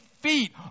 feet